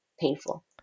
painful